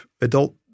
adult